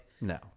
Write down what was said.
No